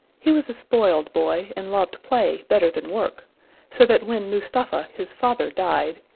he was a spoiled boy, and loved play better than work so that when mustapha, his father, died,